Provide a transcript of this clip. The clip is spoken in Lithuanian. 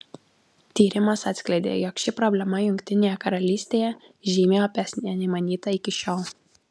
tyrimas atskleidė jog ši problema jungtinėje karalystė žymiai opesnė nei manyta iki šiol